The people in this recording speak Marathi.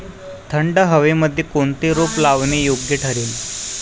थंड हवेमध्ये कोणते रोप लावणे योग्य ठरेल?